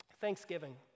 thanksgiving